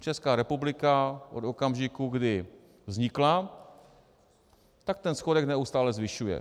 Česká republika od okamžiku, kdy vznikla, ten schodek neustále zvyšuje.